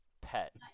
pet